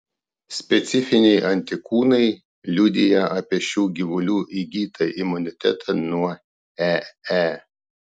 specifiniai antikūnai liudija apie šių gyvulių įgytą imunitetą nuo ee